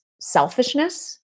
selfishness